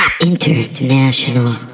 International